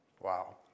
Wow